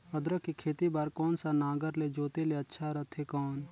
अदरक के खेती बार कोन सा नागर ले जोते ले अच्छा रथे कौन?